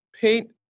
paint